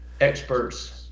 experts